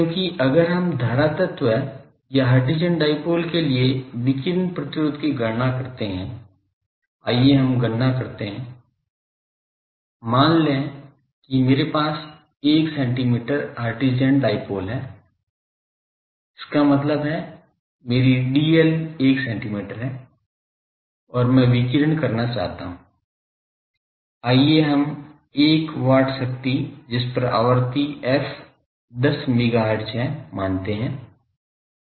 क्योंकि अगर हम धारा तत्व या हर्ट्ज़ियन डायपोल के लिए विकिरण प्रतिरोध की गणना करते हैं आईये हम गणना करते है मान लें कि मेरे पास एक सेंटीमीटर हर्ट्ज़ियन डायपोल है इसका मतलब है मेरी dl 1 सेंटीमीटर है और मैं विकिरण करना चाहता हूं आइए हम 1 watt शक्ति जिस पर आवृत्ति f 10 मेगाहर्ट्ज़ है मानते है